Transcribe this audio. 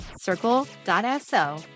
circle.so